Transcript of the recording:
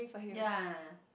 ya